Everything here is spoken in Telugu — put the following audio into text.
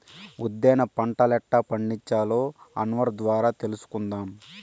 ఉద్దేన పంటలెట్టా పండించాలో అన్వర్ ద్వారా తెలుసుకుందాం